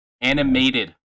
Animated